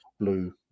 blue